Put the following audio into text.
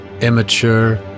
immature